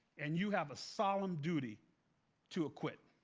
and you have a solemn duty to acquit.